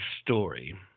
story